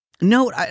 Note